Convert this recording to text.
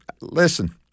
listen